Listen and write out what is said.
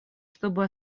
чтобы